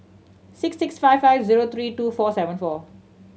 six six five five zero three two four seven four